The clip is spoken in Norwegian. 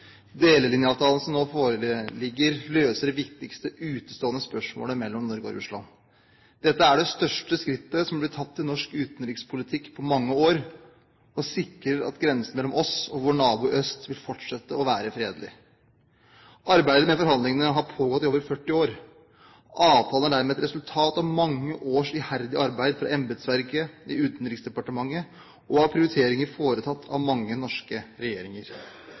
Delelinjeavtalen som nå foreligger, løser det viktigste utestående spørsmålet mellom Norge og Russland. Dette er det største skrittet som er blitt tatt i norsk utenrikspolitikk på mange år for å sikre at grensen mellom oss og vår nabo i øst vil fortsette å være fredelig. Arbeidet med forhandlingene har pågått i over 40 år. Avtalen er dermed et resultat av mange års iherdig arbeid fra embetsverket i Utenriksdepartementet og prioriteringer foretatt av mange norske regjeringer.